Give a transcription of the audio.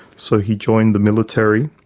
so he joined the military.